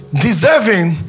Deserving